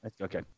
Okay